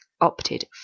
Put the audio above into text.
opted